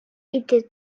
était